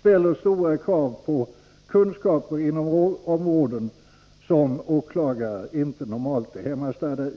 ställer stora krav på kunskaper inom områden som åklagarna normalt inte är hemmastadda i.